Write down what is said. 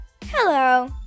Hello